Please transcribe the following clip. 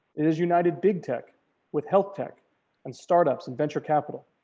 it is united big tech with health tech and startups and venture capital.